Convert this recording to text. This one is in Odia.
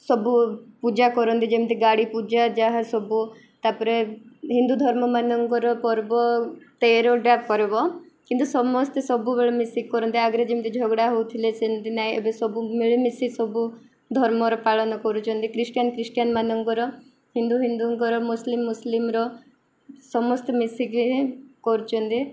ସବୁ ପୂଜା କରନ୍ତି ଯେମିତି ଗାଡ଼ି ପୂଜା ଯାହା ସବୁ ତା'ପରେ ହିନ୍ଦୁ ଧର୍ମ ମାନଙ୍କର ପର୍ବ ତେରଟା ପର୍ବ କିନ୍ତୁ ସମସ୍ତେ ସବୁବେଳେ ମିଶିକି କରନ୍ତି ଆଗରେ ଯେମିତି ଝଗଡ଼ା ହଉଥିଲେ ସେମିତି ନାହିଁ ଏବେ ସବୁ ମିଳିମିଶି ସବୁ ଧର୍ମର ପାଳନ କରୁଚନ୍ତି ଖ୍ରୀଷ୍ଟିଆନ ଖ୍ରୀଷ୍ଟିଆନ ମାନଙ୍କର ହିନ୍ଦୁ ହିନ୍ଦୁଙ୍କର ମୁସଲିମ ମୁସଲିମର ସମସ୍ତେ ମିଶିକିି ହିଁ କରୁଛନ୍ତି